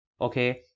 Okay